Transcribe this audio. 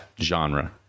genre